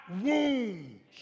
wounds